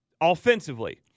offensively